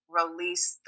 release